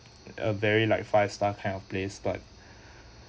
a very like five star kind of place but